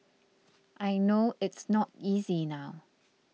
I know it's not easy now